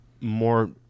more